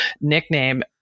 nickname